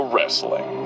Wrestling